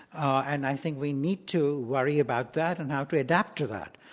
and i think we need to worry about that and how to adapt to that.